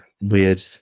weird